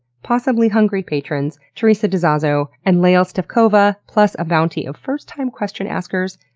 possibly hungry patrons, teresa dezazzo, and lale stefkova, plus a bounty of first-time question askers,